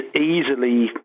easily